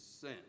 sin